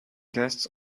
guests